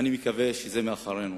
ואני מקווה שהוא מאחורינו.